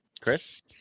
Chris